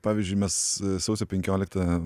pavyzdžiui mes sausio penkioliktą